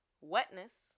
Wetness